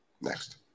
Next